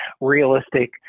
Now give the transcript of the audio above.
realistic